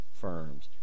firms